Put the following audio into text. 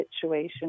situation